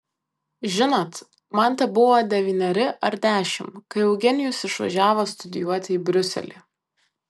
žinot man tebuvo devyneri ar dešimt kai eugenijus išvažiavo studijuoti į briuselį